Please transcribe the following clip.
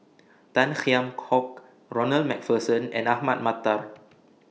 Tan Kheam Hock Ronald MacPherson and Ahmad Mattar